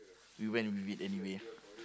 we went with it anyway